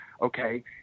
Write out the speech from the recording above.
okay